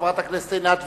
חברת הכנסת עינת וילף,